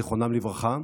זיכרונם לברכה,